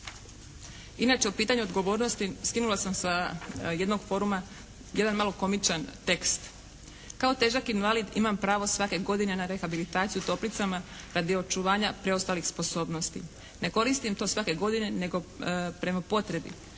Inače o pitanju odgovornosti skinula sam sa jednoga foruma jedan malo komičan tekst. Kao težak invalid imam pravo svake godine na rehabilitaciju u toplicama radi očuvanja preostalih sposobnosti. Ne koristim to svake godine, nego prema potrebi.